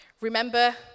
Remember